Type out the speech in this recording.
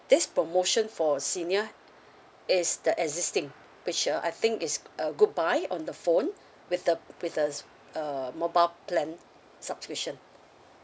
this promotion for senior is the existing which uh I think is a good buy on the phone with the with the uh mobile plan subscription